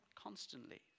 Constantly